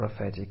prophetic